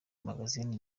magazine